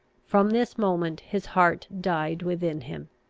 from this moment his heart died within him.